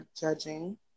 judging